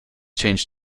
changed